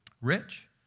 rich